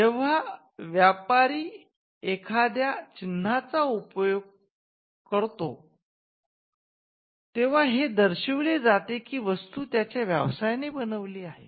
जेव्हा व्यापारी एखाद्या चिन्हाचा उपयोग करतो तेंव्हा हे दर्शवले जाते की वस्तू त्याच्या व्यवसायाने बनवली आहे